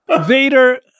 Vader